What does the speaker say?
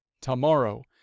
tomorrow